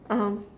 um